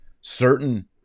certain